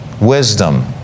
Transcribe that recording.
Wisdom